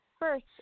First